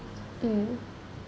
mm